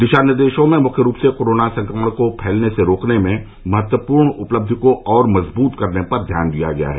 दिशा निर्देशों में मुख्य रूप से कोरोना संक्रमण को फैलने से रोकने में महत्वपूर्ण उपलब्धि को और मजबूत करने पर ध्यान दिया गया है